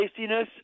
tastiness